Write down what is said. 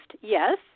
yes